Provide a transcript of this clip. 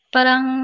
Parang